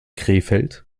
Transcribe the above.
krefeld